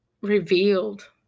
revealed